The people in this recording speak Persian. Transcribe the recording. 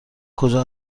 کجا